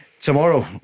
tomorrow